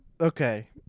Okay